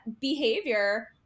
behavior